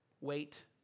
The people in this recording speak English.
wait